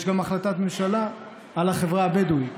יש גם החלטת ממשלה על החברה הבדואית.